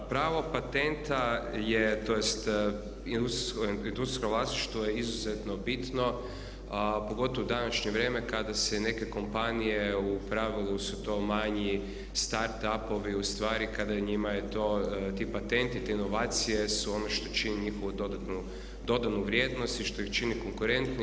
Pravo patenta tj. industrijsko vlasništvo je izuzetno bitno pogotovo u današnje vrijeme kada se neke kompanije, u pravilu su to manji start up-ovi ustvari, njima je to ti patenti, te inovacije su ono što čini njihovu dodanu vrijednost i što ih čini konkurentnijim.